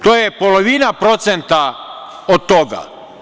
To je polovina procenta od toga.